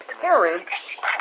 parents